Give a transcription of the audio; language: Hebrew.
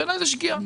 בעיניי זו שגיאה.